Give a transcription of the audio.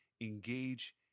engage